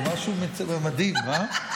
זה משהו מדהים, אה?